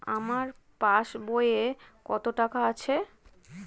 আমার পাস বইয়ে কত টাকা আছে?